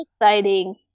exciting